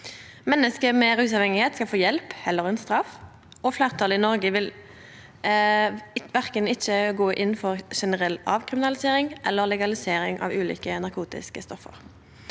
Menneske med rusavhengigheit skal få hjelp heller enn straff, og fleirtalet i Noreg vil verken gå inn for ei generell avkriminalisering eller ei legalisering av ulike narkotiske stoff.